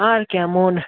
আর কেমন